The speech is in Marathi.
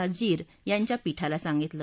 नझीर यांच्या पीठाला सांगितलं